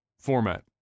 format